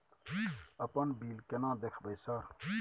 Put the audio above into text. अपन बिल केना देखबय सर?